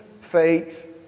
faith